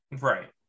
right